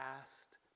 asked